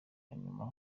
nyuma